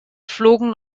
flogen